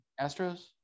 Astros